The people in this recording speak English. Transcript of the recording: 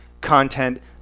content